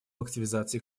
активизации